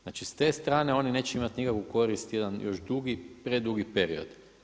Znači s te strane oni neće imati nikakvu korist jedan još dugi, predugi period.